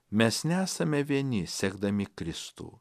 mes nesame vieni sekdami kristų